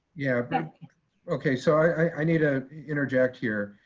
yeah okay, so i need to interject here.